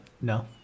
no